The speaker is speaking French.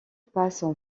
passent